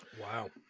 Wow